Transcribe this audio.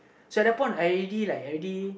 so at that point I already like I already